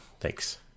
Thanks